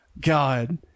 god